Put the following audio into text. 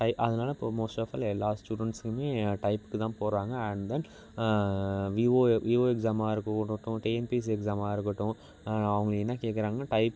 type அதனால இப்போ most of all எல்லா ஸ்டூடெண்ட்ஸ்ஸுக்குமே டைப்புக்கு தான் போகிறாங்க அண்ட் தென் விஓ விஓ எக்ஸாம்மா இருக்கட்டும் டிஎன்பிஎஸ்சி எக்ஸாம்மா இருக்கட்டும் அவங்க என்ன கேட்குறாங்கனா டைப்